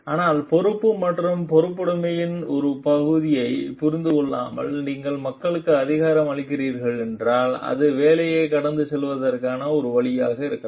ஆனால் பொறுப்பு மற்றும் பொறுப்புடைமையின் ஒரு பகுதியைப் புரிந்து கொள்ளாமல் நீங்கள் மக்களுக்கு அதிகாரம் அளிக்கிறீர்கள் என்றால் அது வேலையைக் கடந்து செல்வதற்கான ஒரு வழியாக இருக்கலாம்